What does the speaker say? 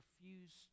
refuse